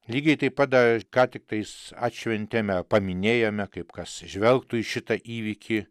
lygiai taip pat dar ką tiktais atšventėme paminėjome kaip kas žvelgtų į šitą įvykį